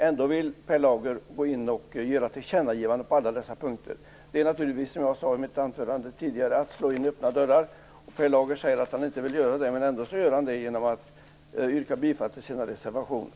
Ändå vill Per Lager gå in och göra tillkännagivanden på alla dessa punkter. Det är naturligtvis, som jag sade i mitt anförande tidigare, som att slå in öppna dörrar. Per Lager säger att han inte vill göra det, men det gör han genom att yrka bifall till sina reservationer.